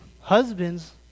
husbands